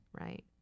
right